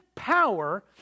Power